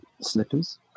slippers